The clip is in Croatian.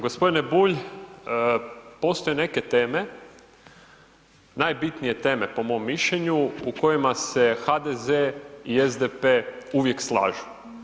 G. Bulj, postoje neke teme, najbitnije teme po mom mišljenju u kojima se HDZ i SDP uvijek slažu.